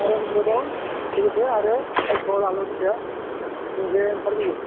आइर'नबो दं लोगोसे आरो टाइपर आल'थिया गुबुंले ओंखारबोयो